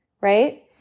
right